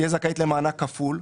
תהיה זכאית למענק כפול,